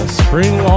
spring